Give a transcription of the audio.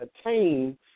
attain